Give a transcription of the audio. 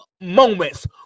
moments